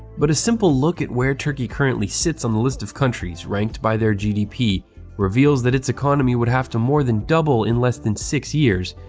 but a simple look at where turkey currently sits on the list of countries ranked by their gdp reveals that it's economy would have to more than double in less than six years,